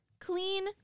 Clean